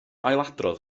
ailadrodd